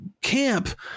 camp